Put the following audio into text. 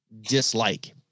dislike